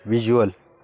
visual